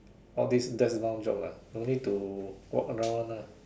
all these desk bound job lah no need to walk around one ah